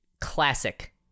classic